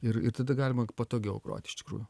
ir ir tada galima patogiau groti iš tikrųjų